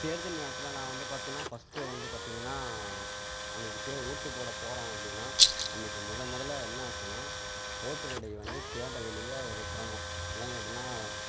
தேர்தல் நேரத்தில் நான் வந்து பார்த்தீங்கன்னா ஃபஸ்ட்டு வந்து பார்த்தீங்கன்னா அன்னைக்கு தே ஓட்டுப் போட போகிறோம் அப்படின்னா அன்றைக்கு முதல் முதல்ல என்ன ஆச்சுன்னா ஓட்டர் ஐடியை வந்து தேட வேண்டியதாக ஒரு சிரமம் ஏன்னு கேட்டீங்கன்னால்